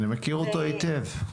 אני מכיר אותו היטב.